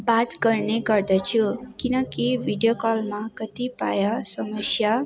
बात गर्ने गर्दछु किनकि भिडियो कलमा कति प्रायः समस्या